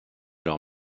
leurs